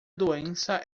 doença